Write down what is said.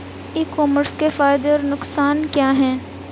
ई commerce के फायदे और नुकसान क्या हैं?